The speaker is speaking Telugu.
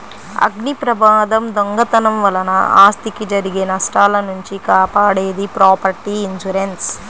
అగ్నిప్రమాదం, దొంగతనం వలన ఆస్తికి జరిగే నష్టాల నుంచి కాపాడేది ప్రాపర్టీ ఇన్సూరెన్స్